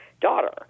daughter